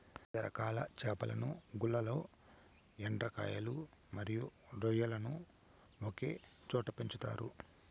వివిధ రకాల చేపలను, గుల్లలు, ఎండ్రకాయలు మరియు రొయ్యలను ఒకే చోట పెంచుతారు